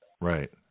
Right